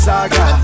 Saga